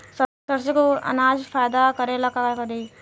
सरसो के अनाज फायदा करेला का करी?